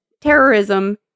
terrorism